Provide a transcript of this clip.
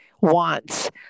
wants